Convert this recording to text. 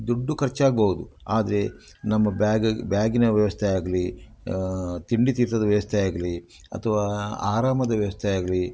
ದುಡ್ಡು ಖರ್ಚಾಗ್ಬೌದು ಆದರೆ ನಮ್ಮ ಬ್ಯಾಗ್ ಬ್ಯಾಗಿನ ವ್ಯವಸ್ಥೆ ಆಗಲಿ ತಿಂಡಿ ತೀರ್ಥದ ವ್ಯವಸ್ಥೆ ಆಗಲಿ ಅಥವಾ ಆರಾಮದ ವ್ಯವಸ್ಥೆ ಆಗಲಿ